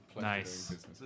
Nice